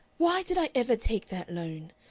why did i ever take that loan?